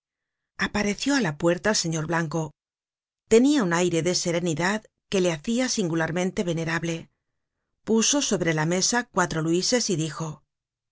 apareció á la puerta el señor blanco tenia un aire de serenidad que le hacia singularmente venerable puso sobre la mesa cuatro luises y dijo